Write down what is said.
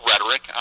rhetoric